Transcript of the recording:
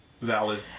Valid